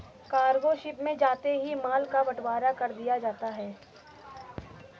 cargo ship में जाते ही माल का बंटवारा कर दिया जाता है